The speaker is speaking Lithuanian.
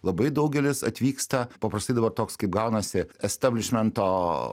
labai daugelis atvyksta paprastai dabar toks kaip gaunasi establišmento